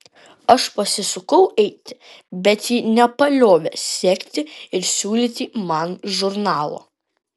aš pasisukau eiti bet ji nepaliovė sekti ir siūlyti man žurnalo